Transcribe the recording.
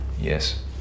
Yes